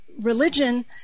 Religion